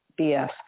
bs